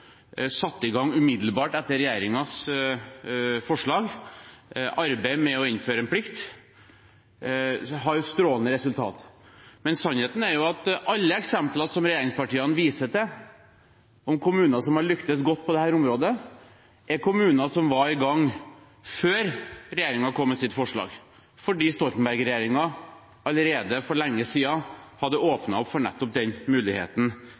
satte i gang arbeidet med å innføre en plikt, har strålende resultater. Men sannheten er at alle eksemplene som regjeringspartiene viser til av kommuner som har lyktes godt på dette området, er kommuner som var i gang før regjeringen kom med sitt forslag, for Stoltenberg-regjeringen hadde allerede for lenge siden åpnet for nettopp muligheten